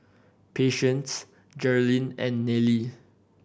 Patience Jerrilyn and Nelie